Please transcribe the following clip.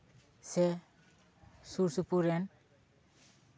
ᱥᱮ ᱥᱩᱨᱼᱥᱩᱯᱩᱨ ᱨᱮᱱ